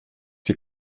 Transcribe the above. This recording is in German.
die